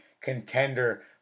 contender